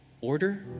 order